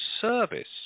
service